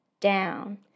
down